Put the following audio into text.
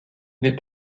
les